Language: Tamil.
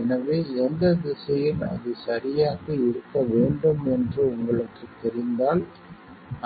எனவே எந்தத் திசையில் அது சரியாக இருக்க வேண்டும் என்று உங்களுக்குத் தெரிந்தால்